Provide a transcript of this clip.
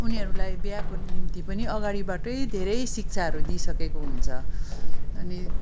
उनीहरूलाई विवाहको निम्ति पनि अगाडिबाटै धेरै शिक्षाहरू दिइसकेको हुन्छ अनि